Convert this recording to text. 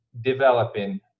developing